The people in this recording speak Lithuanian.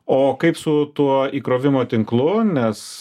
o kaip su tuo įkrovimo tinklu nes